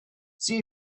see